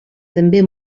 també